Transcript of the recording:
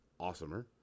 awesomer